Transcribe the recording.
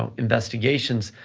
um investigations,